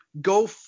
go